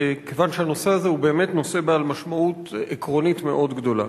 כיוון שהנושא הזה הוא באמת נושא בעל משמעות עקרונית מאוד גדולה.